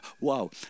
wow